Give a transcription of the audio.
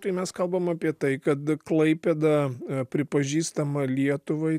tai mes kalbam apie tai kad klaipėda pripažįstama lietuvai